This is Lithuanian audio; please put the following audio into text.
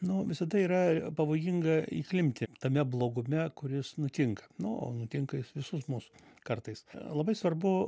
nu visada yra pavojinga įklimpti tame blogume kuris nutinka nu o nutinka jis visus mus kartais labai svarbu